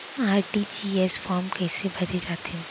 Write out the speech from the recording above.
RTGS form कइसे भरे जाथे?